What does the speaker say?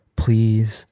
please